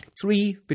three